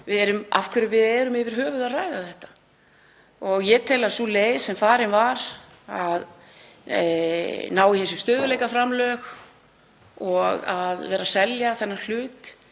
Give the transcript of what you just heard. af hverju við erum yfir höfuð að ræða þetta. Ég tel að sú leið sem farin var, að ná í þessi stöðugleikaframlög og að selja þennan hlut